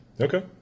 Okay